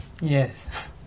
Yes